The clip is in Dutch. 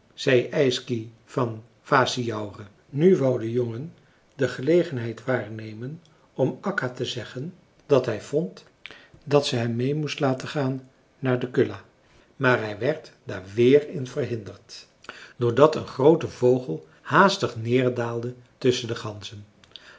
zei yksi van vassijaure nu wou de jongen de gelegenheid waarnemen om akka te zeggen dat hij vond dat ze hem meê moest laten gaan naar de kulla maar hij werd daar weer in verhinderd doordat een groote vogel haastig neerdaalde tusschen de ganzen